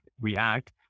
react